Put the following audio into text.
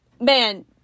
man